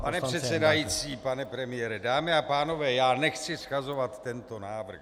Pane předsedající, pane premiére, dámy a pánové, já nechci shazovat tento návrh.